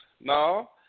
No